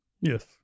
Yes